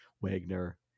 wagner